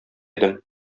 идем